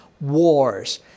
wars